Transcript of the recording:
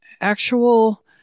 actual